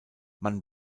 man